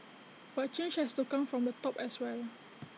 but change has to come from the top as well